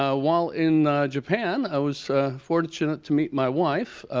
ah while in japan i was fortunate to meet my wife,